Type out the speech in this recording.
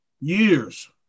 years